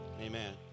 Amen